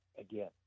again